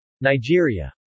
Nigeria